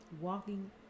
Walking